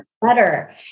better